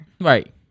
Right